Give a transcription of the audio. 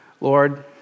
Lord